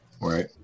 Right